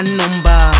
number